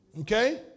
Okay